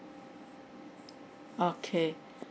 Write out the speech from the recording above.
okay